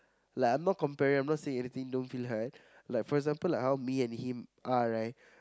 like I'm not comparing I'm not saying anything don't feel hurt like for example like how me and him are right